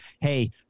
hey